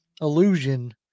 illusion